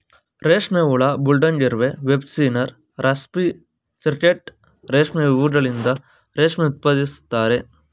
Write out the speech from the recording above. ರೇಷ್ಮೆ ಹುಳ, ಬುಲ್ಡಾಗ್ ಇರುವೆ, ವೆಬ್ ಸ್ಪಿನ್ನರ್, ರಾಸ್ಪಿ ಕ್ರಿಕೆಟ್ ರೇಷ್ಮೆ ಇವುಗಳಿಂದ ರೇಷ್ಮೆ ಉತ್ಪಾದಿಸುತ್ತಾರೆ